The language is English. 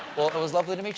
it was lovely it meet you.